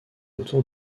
autour